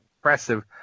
impressive